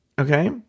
Okay